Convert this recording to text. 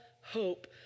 hope